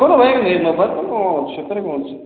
କ'ଣ ଭାଇ ନେବା ତ ସେଥିରେ କ'ଣ ଅଛି